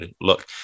look